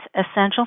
essential